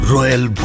Royal